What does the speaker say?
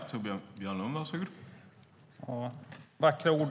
Herr talman! Det är vackra ord